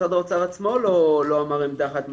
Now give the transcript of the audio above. משרד האוצר עצמו לא אמר עמדה חד משמעית.